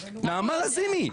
נעמה לזימי,